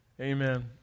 Amen